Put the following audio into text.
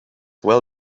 well